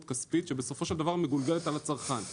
כספית שבסופו של דבר מגולגלת על הצרכן.